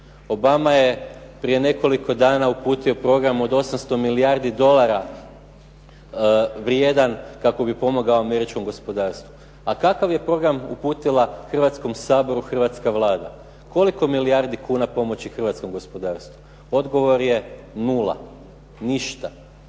Obama je prije nekoliko dana uputio program od 800 milijardi dolara vrijedan kako bi pomogao američkom gospodarstvu. A kakav je program uputila Hrvatskom saboru hrvatska Vlada, koliko milijardi kuna pomoći hrvatskom gospodarstvu? Odgovor je nula, ništa.